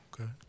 Okay